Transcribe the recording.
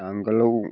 नांगोलाव